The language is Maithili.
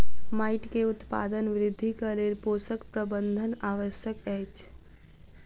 माइट के उत्पादन वृद्धिक लेल पोषक प्रबंधन आवश्यक अछि